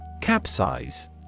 Capsize